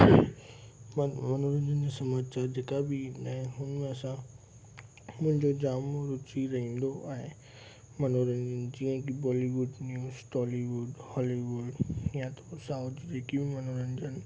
मन मनोरंजन जा सामान जेका बि ईंदा आहिनि हुन में असां मुंहिंजो जामु रुचि रहींदो आहे मनोरंजन जीअं की बॉलीवुड न्यूज़ टॉलीवुड हॉलीवुड या त पोइ साउथ जी जेकी बि मनोरंजन